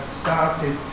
started